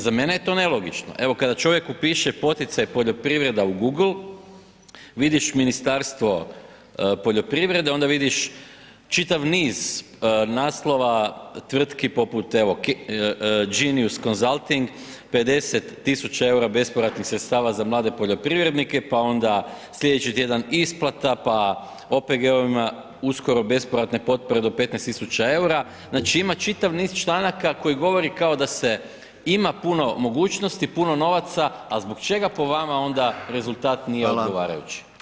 Za mene je to nelogično, evo kada čovjek upiše poticaj poljoprivreda u Google vidiš Ministarstvo poljoprivrede, onda vidiš čitav niz naslova tvrtki poput evo Genius Consulting 50.000 EUR-a bespovratnih sredstava za mlade poljoprivrednike, pa onda slijedeći tjedan isplata, pa OPG-ovima uskoro bespovratne potpore do 15.000 EUR-a, znači ima čitav niz članaka koji govori kao da se ima puno mogućnosti, puno novaca, a zbog čega po vama onda rezultat nije odgovarajući.